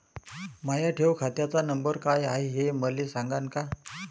माया ठेव खात्याचा नंबर काय हाय हे मले सांगान का?